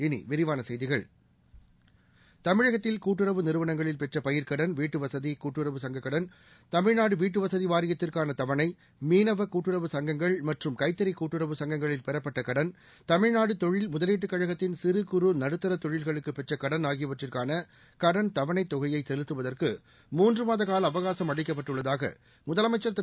இனி விரிவான செய்திகள தமிழகத்தில் கூட்டுறவு நிறுவனங்களில் பெற்ற பயிர்க்கடன் வீட்டு வசதி கூட்டுறவு சங்க கடன் தமிழ்நாடு வீட்டு வசதி வாரியத்திற்கான தவணை மீனவ கூட்டுறவு சங்கங்கள் மற்றும் கைத்தறி கூட்டுறவு சங்கங்களில் பெறப்பட்ட கடன் தமிழ்நாடு தொழில் முதலீட்டு கழகத்தின் சிறு குறு நடுத்தர தொழில்களுக்கு பெற்ற கடன் ஆகியவற்றுக்கான கடன் தவனைத் தொகையை செலுத்துவதற்கு மூன்று மாத கால அவகாசம் அளிக்கப்பட்டுள்ளதாக முதலமைச்சா் திரு